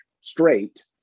straight